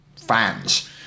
fans